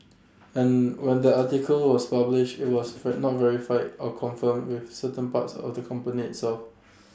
and when the article was published IT was not verified or confirmed with certain parts of the company itself